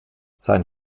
sein